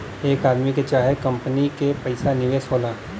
एक आदमी के चाहे कंपनी के पइसा निवेश होला